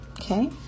Okay